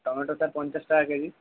টমেটোটা পঞ্চাশ টাকা কেজি